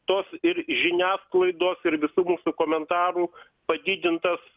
tos ir žiniasklaidos ir visų mūsų komentarų padidintas